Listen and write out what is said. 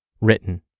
written